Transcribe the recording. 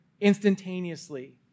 instantaneously